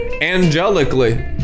angelically